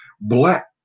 black